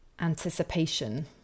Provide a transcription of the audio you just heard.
anticipation